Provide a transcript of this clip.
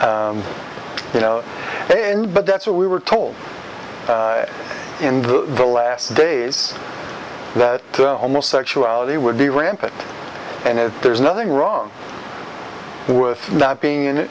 you know and but that's what we were told in the last days that homosexuality would be rampant and there's nothing wrong with not being an